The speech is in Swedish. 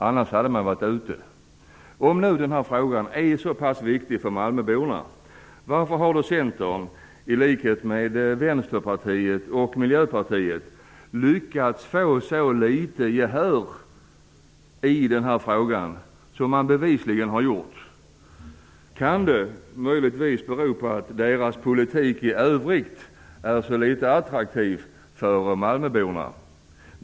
Annars hade Centern varit ute. Om den här frågan är så pass viktig för malmöborna, varför har Centern i likhet med Vänsterpartiet och Miljöpartiet lyckats få så litet gehör i den här frågan som man bevisligen har fått? Kan det möjligtvis bero på att deras politik i övrigt är så litet attraktiv för malmöborna?